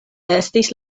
estis